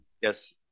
Yes